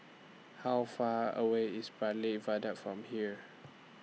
How Far away IS Bartley Viaduct from here